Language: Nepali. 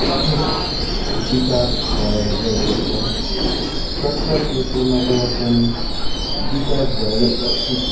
तक्निक विकास भएर गएको छ स्वास्थ्य क्षेत्रमा पनि विकास भएर गएको छ